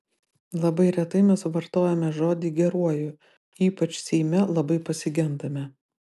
labai retai mes vartojame žodį geruoju ypač seime labai pasigendame